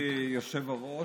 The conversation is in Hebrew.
אדוני היושב-ראש,